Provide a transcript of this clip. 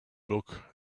book